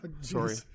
Sorry